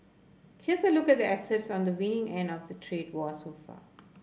here's a look at the assets on the winning end of the trade war so far